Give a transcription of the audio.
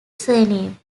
surname